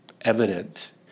evident